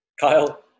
Kyle